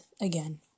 again